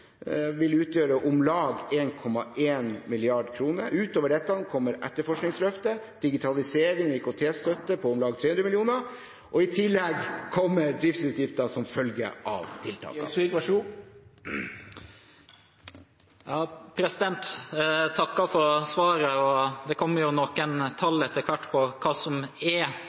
vil utgjøre om lag 1,1 mrd. kr. Utover dette kommer etterforskningsløftet, digitalisering og IKT-støtte på om lag 300 mill. kr, og i tillegg kommer driftsutgifter som følge av tiltak. Jeg takker for svaret. Det kom etter hvert noen tall på hva som er